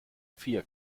vier